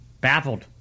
Baffled